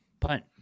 Punt